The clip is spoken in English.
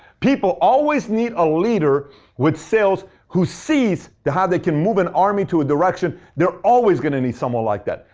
people always need a leader with sales who sees how they can move an army to a direction. they're always going to need someone like that.